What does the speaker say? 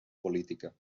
política